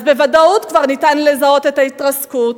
אז בוודאות כבר ניתן לזהות את ההתרסקות,